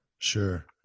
Sure